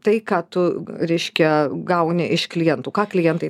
tai ką tu reiškia gauni iš klientų ką klientai